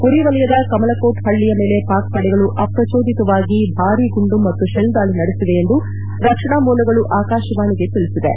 ಉರಿವಲಯದ ಕಮಲಕೋಟ್ ಹಳ್ಳಯ ಮೇಲೆ ಪಾಕ್ ಪಡೆಗಳು ಅಪ್ರಜೋದಿತವಾಗಿ ಭಾರಿ ಗುಂಡು ಮತ್ತು ಶೆಲ್ ದಾಳಿ ನಡೆಸಿವೆ ಎಂದು ರಕ್ಷಣಾ ಮೂಲಗಳು ಆಕಾಶವಾಣೆಗೆ ತಿಳಿಸಿವೆ